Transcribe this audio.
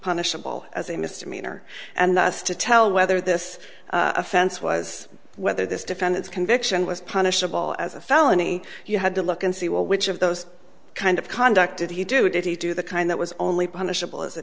punishable as a misdemeanor and to tell whether this offense was whether this defendant's conviction was punishable as a felony you had to look and see well which of those kind of conduct did he do did he do the kind that was only punishable as